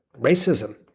racism